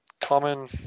common